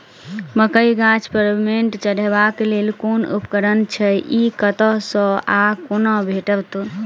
मकई गाछ पर मैंट चढ़ेबाक लेल केँ उपकरण छै? ई कतह सऽ आ कोना भेटत?